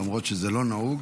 למרות שזה לא נהוג.